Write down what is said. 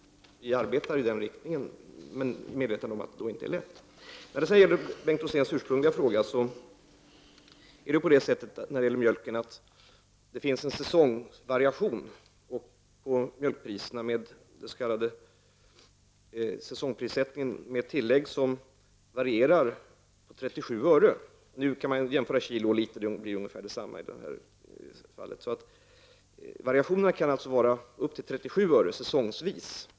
Vi arbetar ändå i den riktningen, väl medvetna om att det inte är en lätt uppgift. Som kommentar till Bengt Roséns ursprungliga fråga vill jag säga att det finns en säsongvariation på mjölkpriserna. Genom den s.k. säsongprissättningen finns det ett tillägg som varierar med 37 öre — man kan jämställa kilo och liter; resultatet blir ungefär detsamma i det här fallet. Variationerna säsongvis kan alltså vara upp till 37 öre.